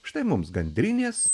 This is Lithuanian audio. štai mums gandrinės